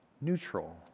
neutral